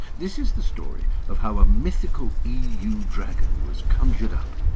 this is the story of how a mythical eu dragon was conjured up,